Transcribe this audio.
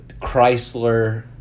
Chrysler